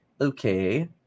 okay